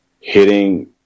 hitting